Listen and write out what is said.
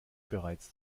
bereits